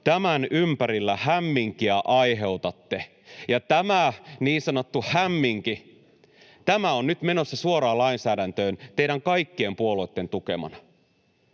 tämän ympärillä hämminkiä aiheutatte.” — Ja tämä niin sanottu ”hämminki” on nyt menossa suoraan lainsäädäntöön teidän kaikkien puolueitten tukemana.